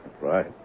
Right